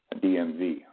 DMV